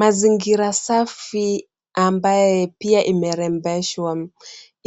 Mazingira safi ambaye pia imerembeshwa,